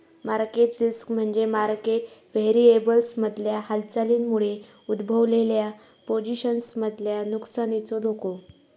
market risk म्हणजे market व्हेरिएबल्समधल्या हालचालींमुळे उद्भवलेल्या पोझिशन्समधल्या नुकसानीचो धोको